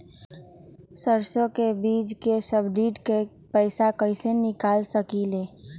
सरसों बीज के सब्सिडी के पैसा कईसे निकाल सकीले?